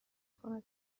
کند